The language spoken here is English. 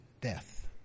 death